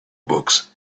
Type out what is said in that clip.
books